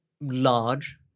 large